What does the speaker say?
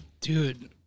Dude